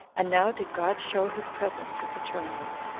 and now did god show his presence to petronius,